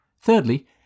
Thirdly